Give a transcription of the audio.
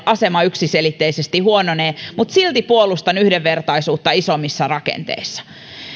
asema yksiselitteisesti huononee mutta silti puolustan yhdenvertaisuutta isommissa rakenteissa